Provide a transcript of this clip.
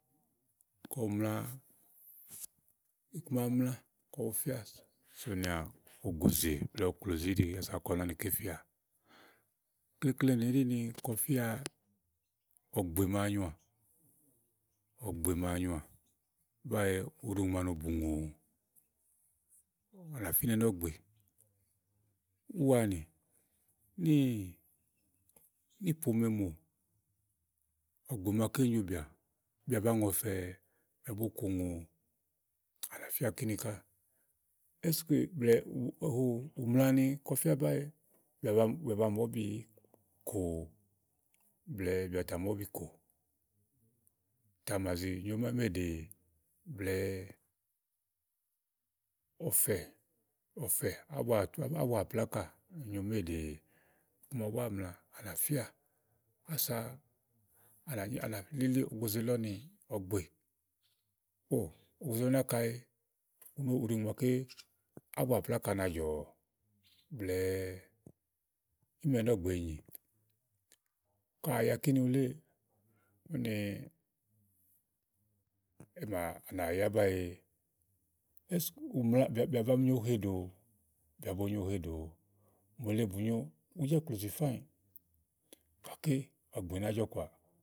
Kaù mla iku makɔ bu fíà sòsìà ògòzè blɛ̀ɛ òklòzi íɖiása kɔ na ni ké fɛà. Ukleklenì ɖí ni kɔfía ɔ̀gbè màa nyoà, ɔ̀gbè màa nyoà báee ù ɖi ùŋò màa no bù ùŋòò, à nà finɛ́ nɔ́ɔ̀gbè úwaani, níì, níì pomemò, ɔ̀gbè màaké nyobìà bìà ba ŋɔ̀fɛ̀ɛ, bìà bo kò ùgòò, à nà fía ní kíni ká ù mlani kɔfíá báe bìà ba màúbìíí kòò blɛ̀ɛ bìà bù tà mà úbì kò. Ùtàmàzì nyòo méèɖee blɛ̀ɛ ɔ̀fɛ ɔ̀fɛ, ábua àplákà nyòo méè ɖee, màawu búá mlàa ànà fíà ása à nà híà ànà Luki ògòzè lɔ nɔ̀gbè. Ò, ògòzè lɔ nákaee, ù ɖi ùŋò màaké ábua àplákà na jɔ̀ɔ̀ blɛ̀ɛ ɔ̀fɛ ímɛ nɔ́ɔ̀gbè e nyì ka à ya kínì wuléè úni é mà, ànà yá báee ùna bì à ba mi nyo uhe ɖòò, bìà bo nyo uhe ɖòò mòole bù nyo ùújɔ ìklòzì fáà nyi gàké ɔ̀gbè ná jɔkɔàà.